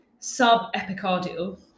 subepicardial